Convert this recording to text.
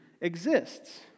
exists